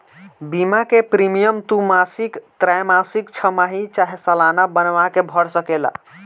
बीमा के प्रीमियम तू मासिक, त्रैमासिक, छमाही चाहे सलाना बनवा के भर सकेला